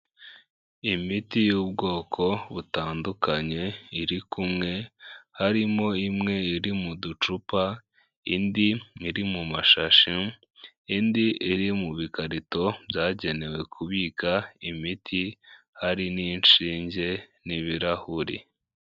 Imiti y'ubwoko butandukanye iri kumwe harimo imwe iri mu ducupa, indi iri mu mashashi, indi iri mu bikarito byagenewe kubika imiti hari n'inshinge n'ibirahuri.